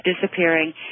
disappearing